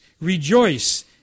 Rejoice